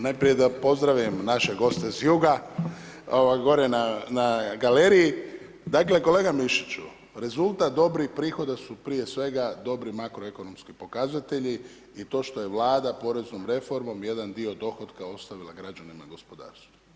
Najprije da pozdravim naše goste s juga, gore na galeriji, dakle kolega Mišiću rezultat dobrih prihoda su prije svega dobri makroekonomski pokazatelji i to što je Vlada poreznom reformom jedan dio dohotka ostavila građanima i gospodarstvu.